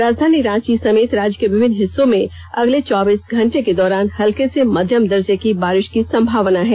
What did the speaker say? राजधानी रांची समेत राज्य के विभिन्न हिस्सों में अगले चौबीस घंटे के दौरान हल्के से मध्यम दर्जे की बारिष की संभावना है